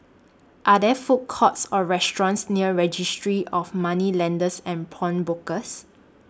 Are There Food Courts Or restaurants near Registry of Moneylenders and Pawnbrokers